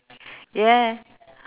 yeah